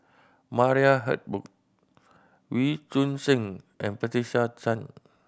Maria Hertogh Wee Choon Seng and Patricia Chan